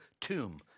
tomb